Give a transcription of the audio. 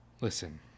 listen